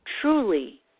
truly